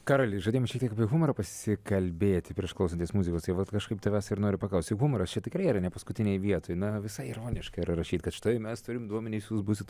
karoli žadėjom šiek tiek apie humorą pasikalbėti prieš klausantis muzikos tai vat kažkaip tavęs ir noriu paklaust jau humoras čia tikrai yra ne paskutinėj vietoj na visai ironiška yra rašyt kad štai mes turim duomenis jūs būsit